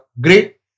great